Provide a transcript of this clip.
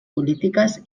polítiques